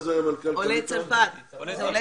עולי צרפת.